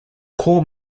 core